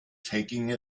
taking